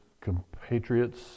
compatriots